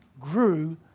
grew